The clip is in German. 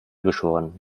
geschoren